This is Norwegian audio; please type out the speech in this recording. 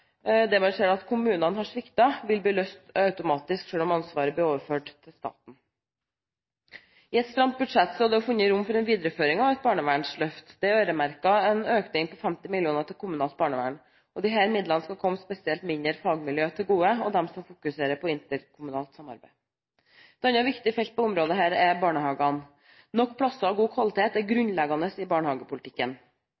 man ser at kommunene har sviktet, vil bli løst automatisk selv om ansvaret blir overført til staten. I et stramt budsjett er det også funnet rom for en videreføring av et barnevernsløft. Det er øremerket en økning på 50 mill. kr til kommunalt barnevern. Disse midlene skal spesielt komme mindre fagmiljø til gode og de som fokuserer på interkommunalt samarbeid. Et annet viktig felt på dette området er barnehagene. Nok plasser og god kvalitet er